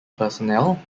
personnel